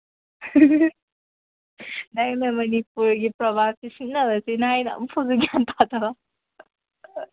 ꯅꯪꯅ ꯃꯅꯤꯄꯨꯔꯒꯤ ꯄ꯭ꯔꯣꯚꯥꯞꯁꯤ ꯁꯤꯖꯤꯟꯅꯕꯁꯤꯅ ꯑꯩꯅ ꯑꯃ ꯐꯥꯎꯁꯨ ꯒ꯭ꯌꯥꯟ ꯇꯥꯗꯕ